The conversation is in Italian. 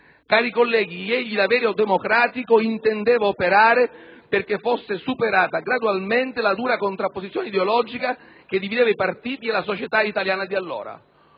Cari colleghi, egli da vero democratico intendeva operare perché fosse superata gradualmente la dura contrapposizione ideologica che divideva i partiti e la società italiana di allora.